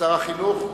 לשר החינוך,